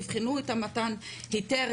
תבחנו את מתן היתר,